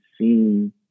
seen